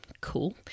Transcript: cool